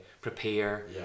prepare